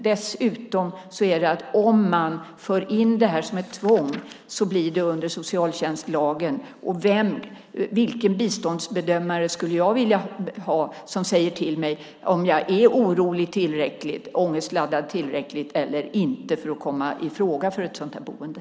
Dessutom är det så att om man för in detta som ett tvång så blir det under socialtjänstlagen, och vilken biståndsbedömare skulle jag vilja ha som ska avgöra om jag är tillräckligt orolig och ångestladdad för att komma i fråga för ett sådant boende?